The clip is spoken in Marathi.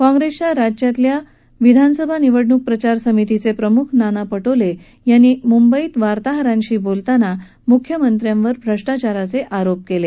काँग्रेसच्या राज्यातल्या विधानसभा निवडणूक प्रचार समितीचे प्रम्ख नाना पटोले यांनी मुंबईत वार्ताहरांशी बोलताना म्ख्यमंत्र्यांवर भ्रष्टाचाराचे आरोप केले